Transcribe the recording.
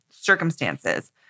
circumstances